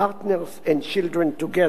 Parents and Children Together,